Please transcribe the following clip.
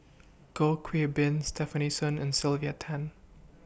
Goh Bin Stefanie Sun and Sylvia Tan